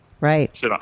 Right